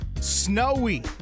Snowy